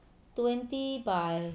twenty by